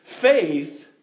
faith